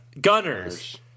gunners